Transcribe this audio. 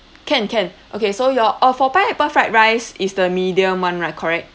can can okay so your uh for pineapple fried rice is the medium one right correct